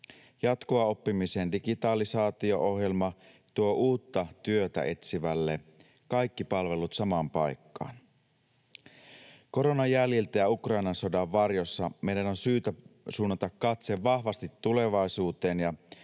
Jatkuvan oppimisen digitalisaatio-ohjelma tuo uutta työtä etsivälle kaikki palvelut samaan paikkaan. Koronan jäljiltä ja Ukrainan sodan varjossa meidän on syytä suunnata katse vahvasti tulevaisuuteen ja